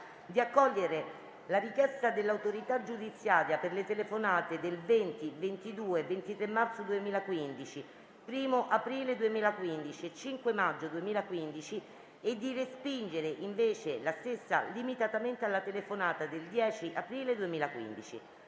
di accogliere la richiesta dell'autorità giudiziaria per le telefonate del 20, 22, 23 marzo 2015, 1° aprile 2015 e 5 maggio 2015 e di respingere invece la stessa limitatamente alla telefonata del 10 aprile 2015;